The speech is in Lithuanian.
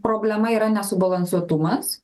problema yra nesubalansuotumas